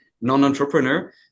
non-entrepreneur